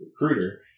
recruiter